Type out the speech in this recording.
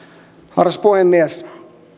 arvoisa puhemies